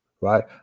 right